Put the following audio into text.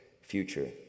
future